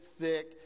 thick